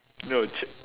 no